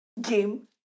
game